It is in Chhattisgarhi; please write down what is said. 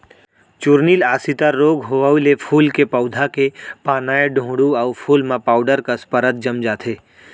चूर्निल आसिता रोग होउए ले फूल के पउधा के पानाए डोंहड़ू अउ फूल म पाउडर कस परत जम जाथे